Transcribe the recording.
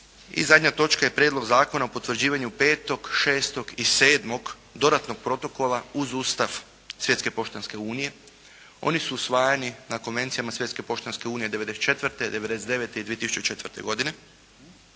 I zadnja točka je Prijedlog zakona o potvrđivanju petog, šestog i sedmog dodatnog protokola uz Ustav Svjetske poštanske unije. Oni su usvajani na konvencijama Svjetske poštanske unije'94., '99. i 2004. godine